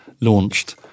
launched